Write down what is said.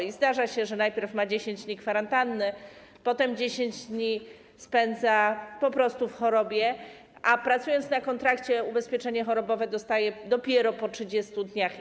I zdarza się, że najpierw ma 10 dni kwarantanny, potem 10 dni spędza po prostu na chorobowym, a pracując na kontrakcie, ubezpieczenie chorobowe dostaje dopiero po 30 dniach.